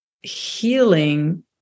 healing